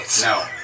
No